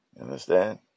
understand